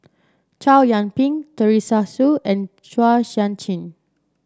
Chow Yian Ping Teresa Hsu and Chua Sian Chin